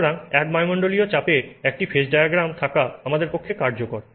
সুতরাং এক বায়ুমণ্ডলের চাপে একটি ফেজ ডায়াগ্রাম থাকা আমাদের পক্ষে কার্যকর